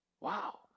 Wow